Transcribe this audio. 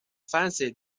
fancy